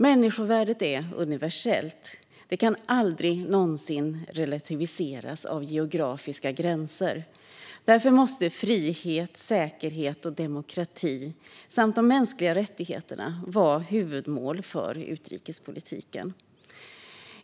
Människovärdet är universellt och kan aldrig någonsin relativiseras av geografiska gränser. Därför måste frihet, säkerhet och demokrati samt de mänskliga rättigheterna vara huvudmål för utrikespolitiken.